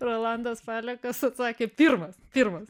rolandas palekas atsakė pirmas pirmas